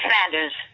Sanders